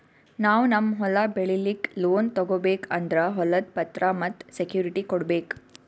ನಾವ್ ನಮ್ ಹೊಲ ಬೆಳಿಲಿಕ್ಕ್ ಲೋನ್ ತಗೋಬೇಕ್ ಅಂದ್ರ ಹೊಲದ್ ಪತ್ರ ಮತ್ತ್ ಸೆಕ್ಯೂರಿಟಿ ಕೊಡ್ಬೇಕ್